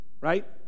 right